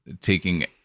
taking